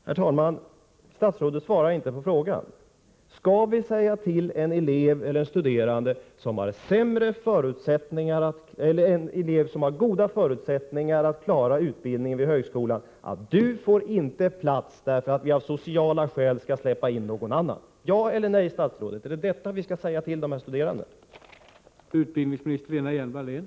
Herr talman! Statsrådet svarar inte på frågan, om vi skall säga till en elev eller studerande som har goda förutsättningar att klara utbildningen vid högskolan, att du får inte plats därför att vi av sociala skäl skall släppa in någon annan. Är det vad vi skall säga till dessa studerande? Ja eller nej!